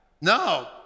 No